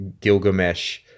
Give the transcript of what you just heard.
Gilgamesh